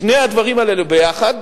שני הדברים האלה ביחד,